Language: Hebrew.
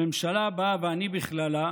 הממשלה הבאה, ואני בכללה,